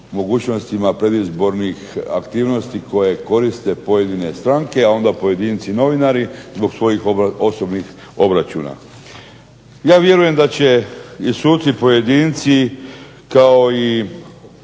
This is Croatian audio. mogućnostima predizbornih aktivnosti koje koriste pojedine stranke, a onda pojedinci novinari zbog svojih osobnih obračuna. Ja vjerujem da će i suci pojedinci kao i